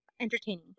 entertaining